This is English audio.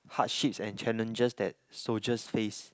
hardships and challenges that soldiers face